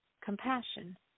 compassion